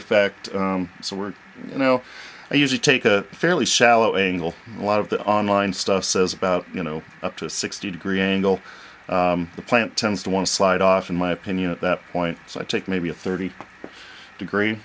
effect so we're you know i usually take a fairly shallow angle a lot of the online stuff says about you know up to a sixty degree angle the plant tends to want to slide off in my opinion at that point so i take maybe a thirty degree